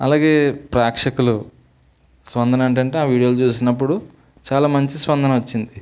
అలాగే ప్రేక్షకులు స్పందన ఏంటంటే ఆ వీడియో చూసినప్పుడు చాలా మంచి స్పందన వచ్చింది